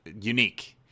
unique